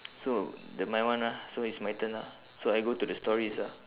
so the my one ah so it's my turn ah so I go to the stories ah